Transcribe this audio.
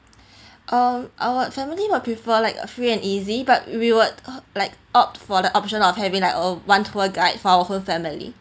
um our family would prefer like a free and easy but we will like opt for the option of having like a one tour guide for our whole family